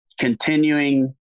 continuing